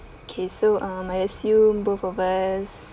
okay so um I assume both of us